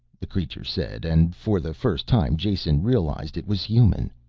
the creature said, and for the first time jason realized it was human.